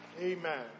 Amen